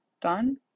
Done